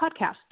podcast